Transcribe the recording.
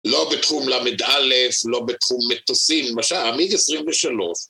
לא בתחום למד אלף, לא בתחום מטוסים, למשל המיג 23.